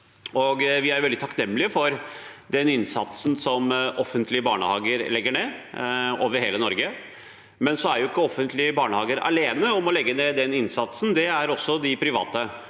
Vi er veldig takknemlige for den innsatsen offentlige barnehager legger ned over hele Norge. Men offentlige barnehager er ikke alene om å legge ned den innsatsen; det gjør også de private.